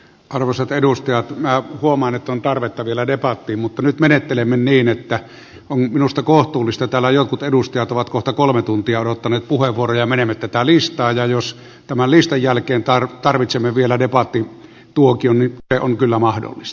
arvoisat edustajat minä huomaan että on tarvetta vielä debattiin mutta nyt menettelemme niin ja on minusta kohtuullista että kun täällä jotkut edustajat ovat kohta kolme tuntia odottaneet puheenvuoroa menemme tätä listaa ja jos tämän listan jälkeen tarvitsemme vielä debattituokion niin se on kyllä mahdollista